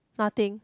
nothing